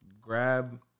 grab